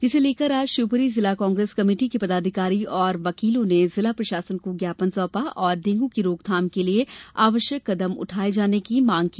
जिसे लेकर आज शिवपुरी जिला कांग्रेस कमेटी के पदाधिकारी और वकीलों ने जिला प्रशासन को ज्ञापन सौंपा और डेंगू की रोकथाम के लिये आवश्यक कदम उठाये जाने की मांग की